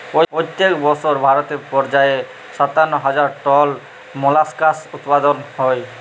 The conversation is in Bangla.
পইত্তেক বসর ভারতে পর্যায়ে সাত্তান্ন হাজার টল মোলাস্কাস উৎপাদল হ্যয়